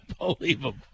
Unbelievable